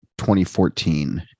2014